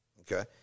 Okay